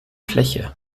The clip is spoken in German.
fläche